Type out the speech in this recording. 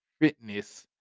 fitness